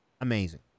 amazing